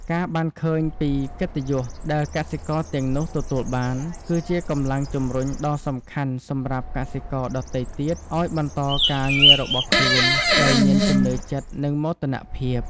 ការបានឃើញពីកិត្តិយសដែលកសិករទាំងនោះទទួលបាន គឺជាកម្លាំងជំរុញដ៏សំខាន់សម្រាប់កសិករដទៃទៀតឲ្យបន្តការងាររបស់ខ្លួនដោយមានជំនឿចិត្ត និងមោទនភាព។